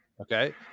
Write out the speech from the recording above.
Okay